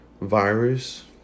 virus